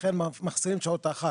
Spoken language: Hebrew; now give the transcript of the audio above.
לכן מחסירים את שעות החג.